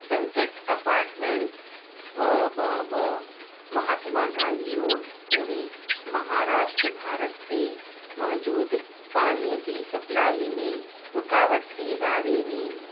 sunset Apartment ॿ ॿ ॿ महात्मा गांधी रोड पूणे महाराष्ट्र भारत ते मौजूदु पाणीअ जी सपलाई में रुकावट ते बारे में